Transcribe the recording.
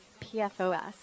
PFOS